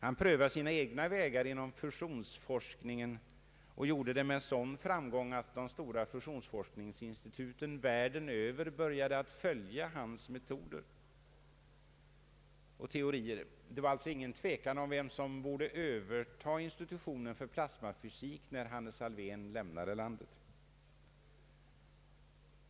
Han prövade sina egna vägar inom fusionsforskningen och gjorde det med sådan framgång att de stora fusions Anslag till vissa forskningsändamål forskningsinstituten runt om i världen började följa hans metoder och teorier. Det var alltså ingen tvekan om vem som borde överta ledningen för institutionen för plasmafysik när Hannes Alfvén lämnade landet.